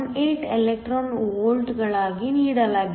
18 electron ವೋಲ್ಟ್ಗಳಾಗಿ ನೀಡಲಾಗಿದೆ